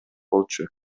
болчу